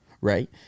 Right